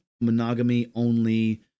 monogamy-only